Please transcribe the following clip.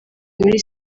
muri